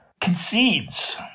concedes